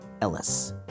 Ellis